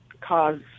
cause